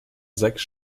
sechs